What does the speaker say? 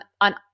on